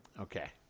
okay